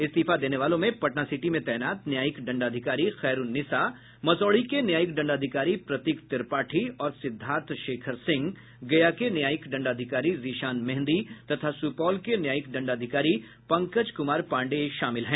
इस्तीफा देने वालों में पटनासिटी में तैनात न्यायिक दंडाधिकारी खैरुननिसा मसौढ़ी के न्यायिक दंडाधिकारी प्रतीक त्रिपाठी और सिद्धार्थ शेखर सिंह गया के न्यायिक दंडाधिकारी जीशान मेंहदी तथा सुपौल के न्यायिक दंडाधिकारी पंकज कुमार पांडेय शामिल हैं